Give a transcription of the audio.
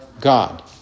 God